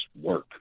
work